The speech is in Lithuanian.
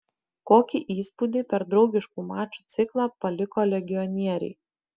kokį įspūdį per draugiškų mačų ciklą paliko legionieriai